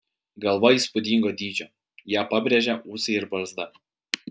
galva įspūdingo dydžio ją pabrėžia ūsai ir barzda